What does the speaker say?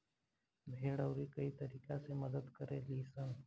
भेड़ अउरी कई तरीका से मदद करे लीसन